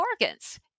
organs